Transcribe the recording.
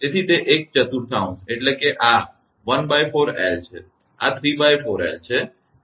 તેથી તે એક ચતુર્થાંશ એટલેકે આ ¼𝑙 છે અને આ ¾𝑙 છે જેમ કે કુલ લંબાઈ l છે